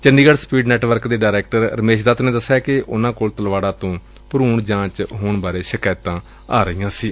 Chandigarh speed network ਦੇ director Ramesh Dutt ਨੇ ਦਸਿਆ ਕਿ ਉਨੂਾ ਕੋਲ ਤਲਵਾਤਾ ਤੋਂ ਭਰੂਣ ਜਾਂਚ ਹੋਣ ਬਾਰੇ ਸ਼ਿਕਾਇਤਾਂ ਆ ਰਹੀਆਂ ਸਨ